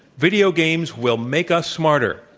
video games will make us smarter.